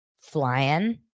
flying